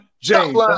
James